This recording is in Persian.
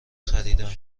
خریدم